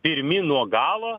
pirmi nuo galo